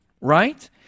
right